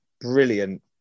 brilliant